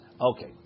Okay